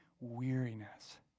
weariness